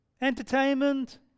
Entertainment